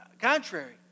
contrary